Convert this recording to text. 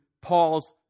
Paul's